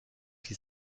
die